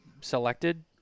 selected